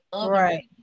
right